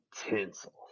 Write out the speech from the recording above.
tinsel